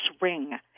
ring